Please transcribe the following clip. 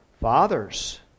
Fathers